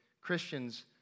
Christians